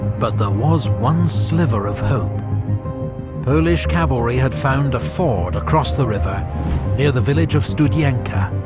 but there was one sliver of hope polish cavalry had found a ford across the river near the village of studienka.